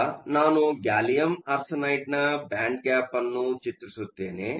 ಈಗ ನಾನು ಗ್ಯಾಲಿಯಂ ಆರ್ಸೆನೈಡ್ನ ಬ್ಯಾಂಡ್ ಗ್ಯಾಪ್ ನ್ನು ಚಿತ್ರಿಸುತ್ತೇನೆ